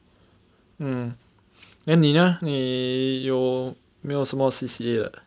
mm then 你呢你有没有什么 C_C_A 的